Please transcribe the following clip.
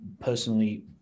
personally